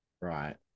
Right